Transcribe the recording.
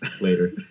Later